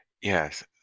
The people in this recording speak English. Yes